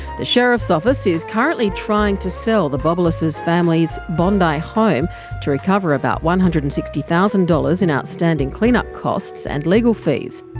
the sheriff's office is currently trying to sell the bobolas family's bondi home to recover about one hundred and sixty thousand dollars in outstanding clean-up costs and legal fees.